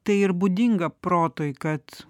tai ir būdinga protui kad